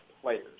players